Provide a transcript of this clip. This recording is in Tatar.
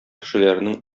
кешеләренең